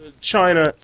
China